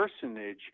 personage